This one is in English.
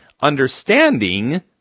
understanding